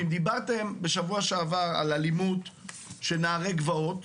אם דיברתם בשבוע שעבר על אלימות של נערי גבעות,